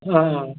ହଁ